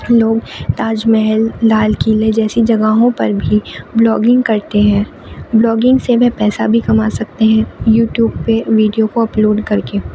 لوگ تاج محل لال قلعے جیسی جگہوں پر بھی بلاگنگ کرتے ہیں بلاگنگ سے وہ پیسہ بھی کما سکتے ہیں یوٹیوب پہ ویڈیو کو اپلوڈ کر کے